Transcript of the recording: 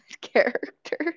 character